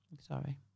sorry